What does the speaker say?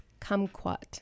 kumquat